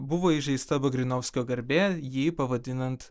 buvo įžeista bagrinauskio garbė jį pavadinant